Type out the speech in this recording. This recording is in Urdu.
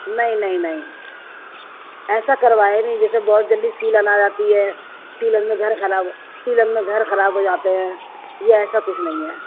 نہیں نہیں نہیں ایسا کروایا ہی نہیں جیسے بہت جلدی سیلن آ جاتی ہے سیلن میں گھر خراب سیلن میں گھر خراب ہو جاتے ہیں یہ ایسا کچھ نہیں ہے